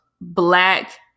Black